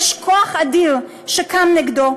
יש כוח אדיר שקם נגדו,